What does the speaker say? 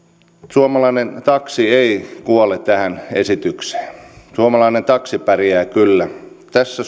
suomalainen taksi ei kuole tähän esitykseen suomalainen taksi pärjää kyllä tässä